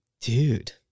dude